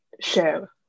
share